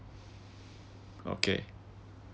okay